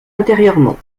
intérieurement